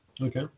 Okay